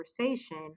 conversation